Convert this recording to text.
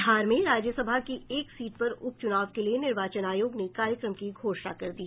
बिहार में राज्यसभा की एक सीट पर उप चुनाव के लिये निर्वाचन आयोग ने कार्यक्रम की घोषणा कर दी